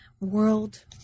world